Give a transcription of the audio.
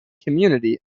community